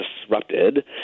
disrupted